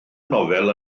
nofel